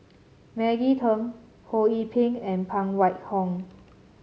Maggie Teng Ho Yee Ping and Phan Wait Hong